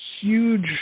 huge